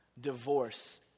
divorce